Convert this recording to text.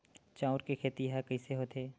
चांउर के खेती ह कइसे होथे?